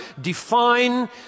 define